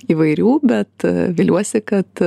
įvairių bet viliuosi kad